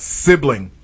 sibling